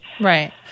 Right